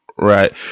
Right